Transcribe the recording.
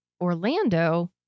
Orlando